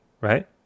right